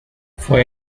fue